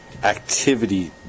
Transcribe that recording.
Activity